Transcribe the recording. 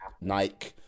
Nike